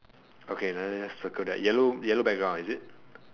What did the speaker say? okay like that just circle that yellow yellow background is it